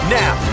now